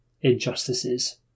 injustices